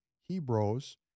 Hebrews